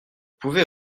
pouvez